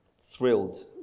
thrilled